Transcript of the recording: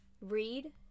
read